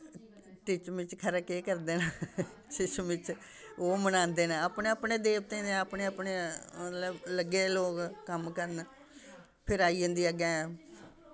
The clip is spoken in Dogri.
टिचमिच खरै केह् करदे न शिशमिच ओह् मनांदे न अपने अपने देवतें दे अपने अपने मतलब लग्गे दे लोक कम्म करन फिर आई जन्दी अग्गें